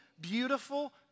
beautiful